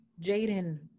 Jaden